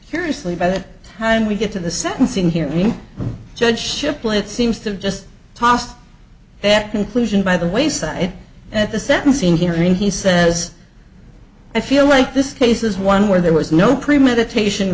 seriously by the time we get to the sentencing hearing judgeship play it seems to just toss that conclusion by the wayside at the sentencing hearing he says i feel like this case is one where there was no premeditation